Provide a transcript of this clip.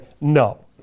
no